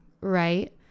right